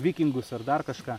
vikingus ar dar kažką